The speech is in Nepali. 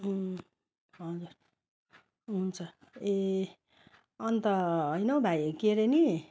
हजुर हुन्छ ए अन्त होइन हौ भाइ के हरे नि